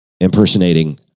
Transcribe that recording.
impersonating